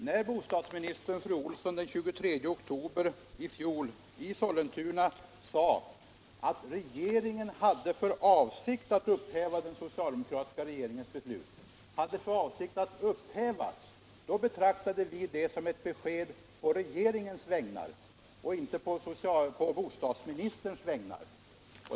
När bostadsministern fru Olsson den 23 oktober i fjol i Sollentuna sade, att regeringen hade för avsikt att upphäva den socialdemokratiska regeringens beslut, betraktade vi det som ett besked å regeringens vägnar, inte å bostadsministerns vägnar.